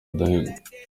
rudahigwa